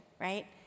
right